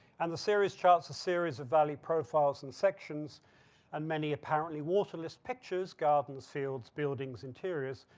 and the series charts a series of valley profiles and sections and many apparently waterless pictures gardens, fields, buildings interiors,